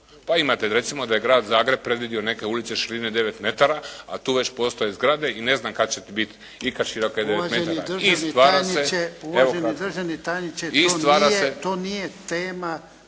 Pa imate recimo da je Grad Zagreb predvidio neke ulice širine 9 metara, a tu već postoje zgrade i ne znam kada će biti ikada široke 9 metara. **Jarnjak, Ivan (HDZ)** Uvaženi državni tajniče, to nije tema.